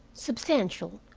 substantial,